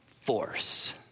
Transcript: force